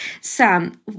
Sam